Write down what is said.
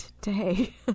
Today